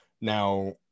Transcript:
Now